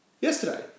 Yesterday